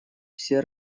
все